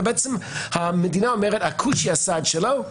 ובעצם המדינה אומרת: הכושי עשה את שלו,